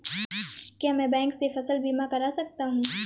क्या मैं बैंक से फसल बीमा करा सकता हूँ?